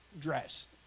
dress